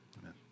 Amen